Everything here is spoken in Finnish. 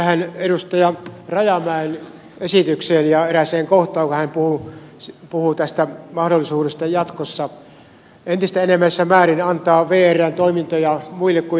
tähän edustaja rajamäen esitykseen ja erääseen kohtaan kun hän puhui tästä mahdollisuudesta jatkossa entistä enemmässä määrin antaa vrn toimintoja muille kuin vrlle